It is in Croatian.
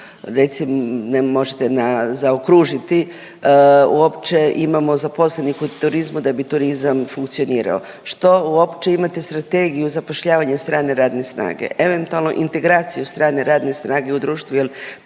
reci, možete na, zaokružiti, uopće imamo zaposlenih u turizmu da bi turizam funkcionirao? Što uopće imate strategiju zapošljavanja strane radne snage? Eventualno integraciju strane radne snage u društvu